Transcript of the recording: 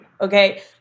okay